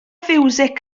fiwsig